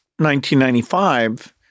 1995